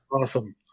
awesome